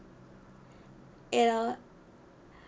ya